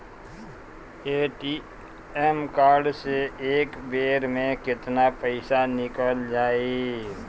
ATM card से एक बेर मे केतना पईसा निकल जाई?